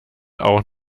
auch